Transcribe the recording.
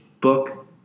book